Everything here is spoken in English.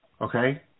okay